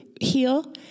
heal